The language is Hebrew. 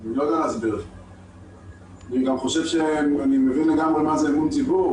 אני גם מבין לגמרי מה זה אמון ציבור